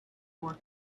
more